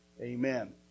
amen